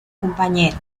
compañero